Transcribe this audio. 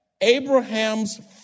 Abraham's